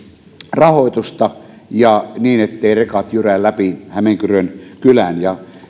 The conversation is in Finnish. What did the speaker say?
rahoitusta niin etteivät rekat jyrää läpi hämeenkyrön kylän